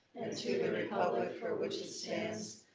to the republic for which it stands,